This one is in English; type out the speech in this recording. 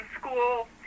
school